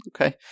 okay